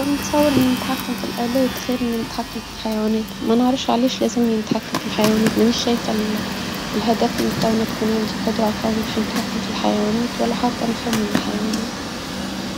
نتصور نتحكم في الالية خير من نتحكم في الحيوانات. ما نعرفش علاش لازمني نتحكم في الحيوانات. مانيش شايفة الهدف من كونها تكون عندي قدرة على كوني عشان اتحكم في الحيوانات ولا حتى نفهمهم في الحيوانات.